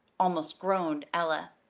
almost groaned ella.